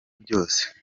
byose